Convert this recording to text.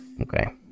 Okay